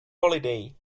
holiday